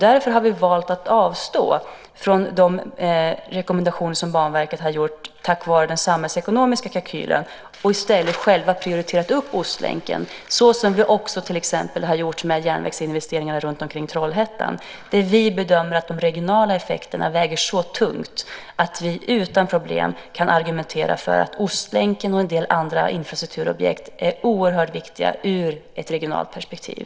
Därför har vi valt att avstå från de rekommendationer som Banverket har gjort på grund av den samhällsekonomiska kalkylen och i stället själva prioriterat Ostlänken så som vi också har gjort till exempel med järnvägsinvesteringar runtomkring Trollhättan där vi bedömer att de regionala effekterna väger så tungt att vi utan problem kan argumentera för att Ostlänken och en del andra infrastrukturobjekt är oerhört viktiga ur ett regionalt perspektiv.